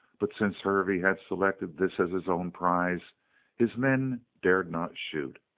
but since hervey had selected this as his own prize his men dared not shoot.